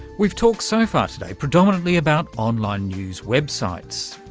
we've talked so far today predominantly about online news websites,